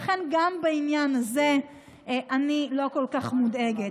לכן, גם בעניין הזה אני לא כל כך מודאגת.